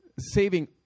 saving